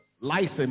license